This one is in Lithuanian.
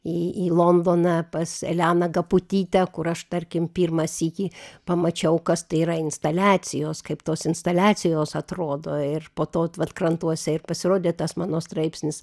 į į londoną pas eleną gaputytę kur aš tarkim pirmą sykį pamačiau kas tai yra instaliacijos kaip tos instaliacijos atrodo ir po to vat krantuose ir pasirodė tas mano straipsnis